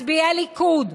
מצביעי הליכוד,